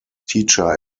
teacher